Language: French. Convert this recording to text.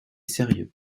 sérieux